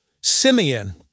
Simeon